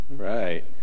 right